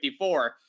54